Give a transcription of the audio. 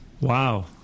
Wow